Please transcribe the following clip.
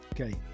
okay